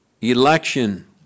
Election